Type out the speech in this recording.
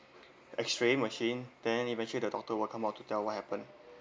X-ray machine then eventually the doctor were come out to tell what happened